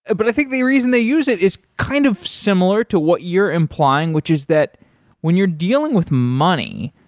ah but i think the reason they use it is kind of similar to what you're implying, which is that when you're dealing with money,